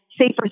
safer